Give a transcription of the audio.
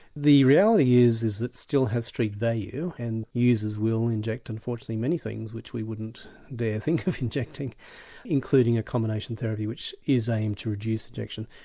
the reality is is it still has street value and users will inject unfortunately many things which we wouldn't dare think of injecting including a combination therapy which is aimed to reduce addiction.